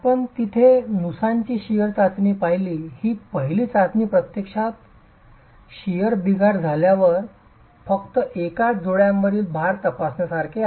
आपण तिथे नुसांची शिअर चाचणी पाहिली ही पहिली चाचणी प्रत्यक्षात शिअर मध्ये बिघाड झाल्यावर फक्त एकाच जोड्यावरील भार तपासण्यासारखे आहे